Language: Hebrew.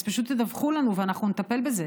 אז פשוט תדווחו לנו ואנחנו נטפל בזה,